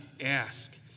ask